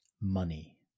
money